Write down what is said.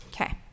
Okay